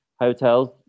hotels